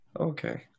Okay